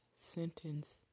sentence